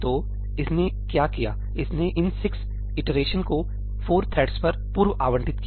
तो इसने क्या किया है इसने इन 6 इटरेशन को 4 थ्रेड्स पर पूर्व आवंटित किया है